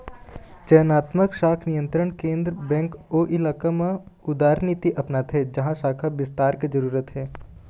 चयनात्मक शाख नियंत्रन केंद्रीय बेंक ओ इलाका म उदारनीति अपनाथे जिहाँ शाख बिस्तार के जरूरत हे